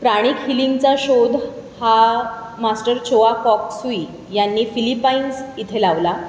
प्राणिक हिलिंगचा शोध हा मास्टर छोआ कॉक सुई यांनी फिलिपाईन्स इथे लावला